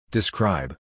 Describe